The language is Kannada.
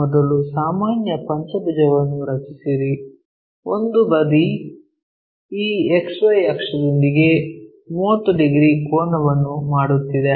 ಮೊದಲು ಸಾಮಾನ್ಯ ಪಂಚಭುಜವನ್ನು ರಚಿಸಿರಿ ಒಂದು ಬದಿ ಈ XY ಅಕ್ಷದೊಂದಿಗೆ 30 ಡಿಗ್ರಿ ಕೋನವನ್ನು ಮಾಡುತ್ತಿದೆ